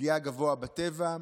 פגיעה גבוה בטבע.